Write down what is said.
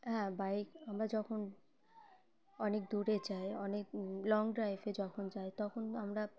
হ্যাঁ বাইক আমরা যখন অনেক দূরে যাই অনেক লং ড্রাইভে যখন যাই তখন আমরা